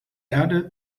erde